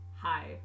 Hi